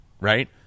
right